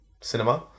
cinema